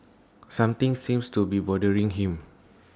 something seems to be bothering him